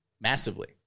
massively